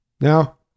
now